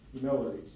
Humility